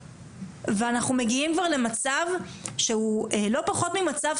אבל אין לי תשובה לתת להם אם הם יכולים או לא יכולים.